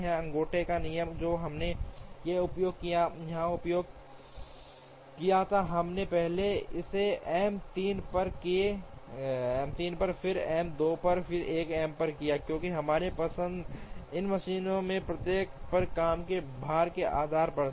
अंगूठे का नियम जो हमने यहां उपयोग किया था हमने पहले इसे एम 3 पर फिर एम 2 पर और फिर एम 1 पर किया क्योंकि हमारी पसंद इन मशीनों में से प्रत्येक पर काम के भार के आधार पर थी